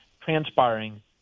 transpiring